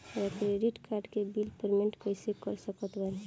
हमार credit card के bill payment कइसे कर सकत बानी?